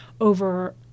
over